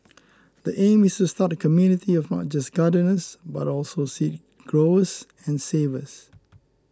the aim is to start a community of not just gardeners but also seed growers and savers